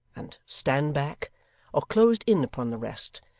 and stand back or closed in upon the rest,